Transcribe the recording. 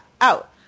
out